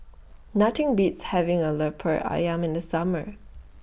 Nothing Beats having A Lemper Ayam in The Summer